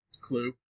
Clue